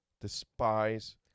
despise